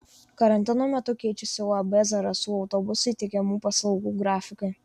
karantino metu keičiasi uab zarasų autobusai teikiamų paslaugų grafikai